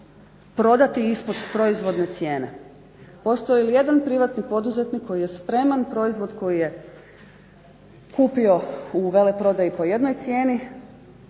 prodati ispod proizvodne cijene. Postoji li ijedan privatni poduzetnik koji je spreman proizvod koji je kupio u veleprodaji po jednoj cijeni